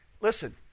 Listen